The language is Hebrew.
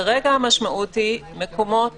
כרגע המשמעות היא מקומות